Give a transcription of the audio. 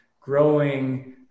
growing